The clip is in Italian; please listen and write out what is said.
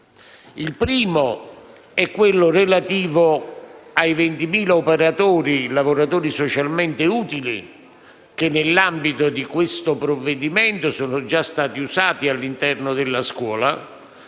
Il primo è relativo ai 20.000 operatori, lavoratori socialmente utili, che, nell'ambito di questo provvedimento, sono già stati utilizzati all'interno della scuola